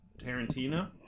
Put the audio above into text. Tarantino